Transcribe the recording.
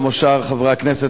כמו שאר חברי הכנסת,